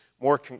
more